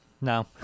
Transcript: No